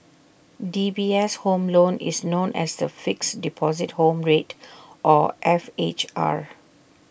D B S home loan is known as the Fixed Deposit Home Rate or F H R